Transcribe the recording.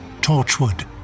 Torchwood